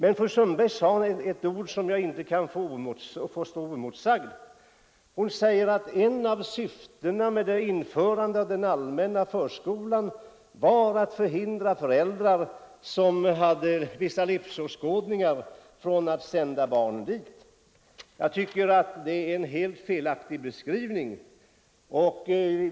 Men fru Sundberg sade något som jag inte kan låta stå oemotsagt, nämligen att ett av syftena med införandet av den allmänna förskolan var att förhindra föräldrar som hade vissa livsåskådningar från att sända sina barn till enskilda förskolor. Det är helt felaktigt beskrivet.